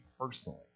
personally